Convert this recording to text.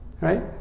Right